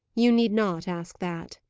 you need not ask that.